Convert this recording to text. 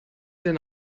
denn